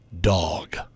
dog